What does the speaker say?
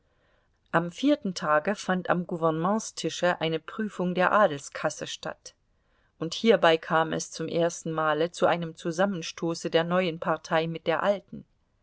am vierten tage fand am gouvernementstische eine prüfung der adelskasse statt und hierbei kam es zum ersten male zu einem zusammenstoße der neuen partei mit der alten